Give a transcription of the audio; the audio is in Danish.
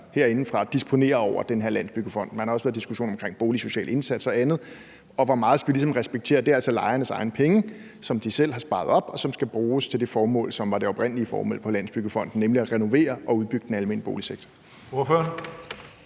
herindefra kan disponere over den her Landsbyggefond. Man har også haft diskussioner om den boligsociale indsats og andet og om, hvor meget vi ligesom skal respektere, at det altså er lejernes egne penge, som de selv har sparet op, og som skal bruges til det formål, som var det oprindelige formål med Landsbyggefonden, nemlig at renovere og udbygge den almene boligsektor.